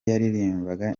yaririmbaga